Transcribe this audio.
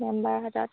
মেম্বাৰৰ হাতত